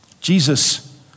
Jesus